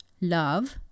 love